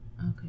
Okay